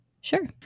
Sure